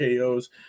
KOs